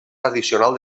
addicional